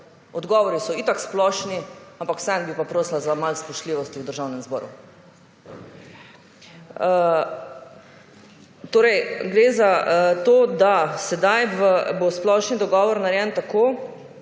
Odgovori so itak splošni, ampak vseeno bi pa prosila za malo spoštljivosti v Državnem zboru. Torej, gre za to, da sedaj bo splošni dogovor narejen tako,